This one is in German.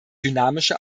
dynamische